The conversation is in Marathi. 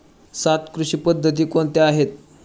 सात कृषी पद्धती कोणत्या आहेत?